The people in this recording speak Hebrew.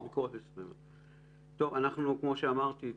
כמו שאמרתי,